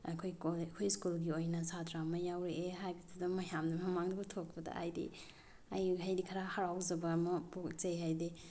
ꯑꯩꯈꯣꯏ ꯑꯩꯈꯣꯏ ꯁ꯭ꯀꯨꯜꯒꯤ ꯑꯣꯏꯅ ꯁꯥꯇꯔ ꯑꯃ ꯌꯥꯎꯔꯛꯑꯦ ꯍꯥꯏꯕꯗꯨꯗ ꯃꯌꯥꯝꯅ ꯃꯃꯥꯡꯗ ꯀꯧꯊꯣꯛꯄꯗ ꯑꯩꯗꯤ ꯍꯥꯏꯗꯤ ꯈꯔ ꯍꯔꯥꯎꯖꯕ ꯑꯃ ꯄꯣꯛꯆꯩ ꯍꯥꯏꯗꯤ